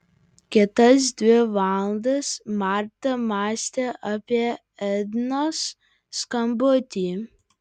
kitas dvi valandas marta mąstė apie ednos skambutį